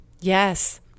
Yes